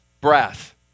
breath